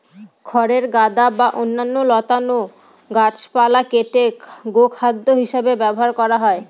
খড়ের গাদা বা অন্যান্য লতানো গাছপালা কেটে গোখাদ্য হিসাবে ব্যবহার করা হয়